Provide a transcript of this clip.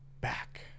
back